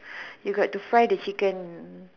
you got to fry the chicken